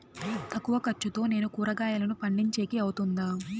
తక్కువ ఖర్చుతో నేను కూరగాయలను పండించేకి అవుతుందా?